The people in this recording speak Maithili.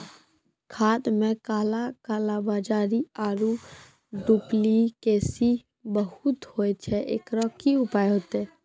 खाद मे काला कालाबाजारी आरु डुप्लीकेसी बहुत होय छैय, एकरो की उपाय होते?